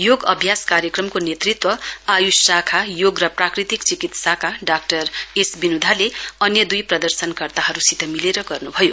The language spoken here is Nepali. योग अभ्यास कार्यक्रमको नेतृत्व आयूष शाखा योग र प्राकृतिक चिकित्साका डाक्टर एस विनुधाले अन्य दुई प्रदर्शनकर्ताहरूसित मिलेर गर्नुभयो